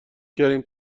کردیم